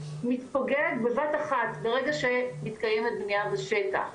מתפוגג בבת אחת ברגע שמתקיימת בנייה בשטח,